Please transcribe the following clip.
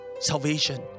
salvation